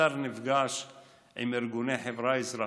השר נפגש עם ארגוני חברה אזרחית,